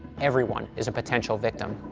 everyone is a potential victim.